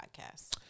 podcast